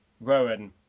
Rowan